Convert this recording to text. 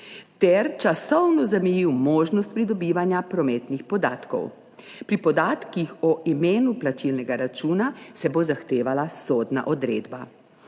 ter časovno zamejil možnost pridobivanja prometnih podatkov. Pri podatkih o imenu plačilnega računa se bo zahtevala sodna odredba.